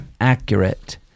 accurate